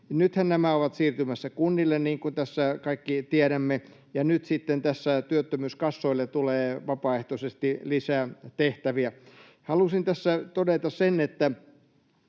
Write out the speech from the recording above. Nythän nämä ovat siirtymässä kunnille, niin kuin tässä kaikki tiedämme, ja nyt sitten työttömyyskassoille tulee vapaaehtoisesti lisää tehtäviä. Halusin tässä todeta sen, että